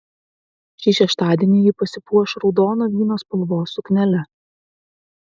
šį šeštadienį ji pasipuoš raudono vyno spalvos suknele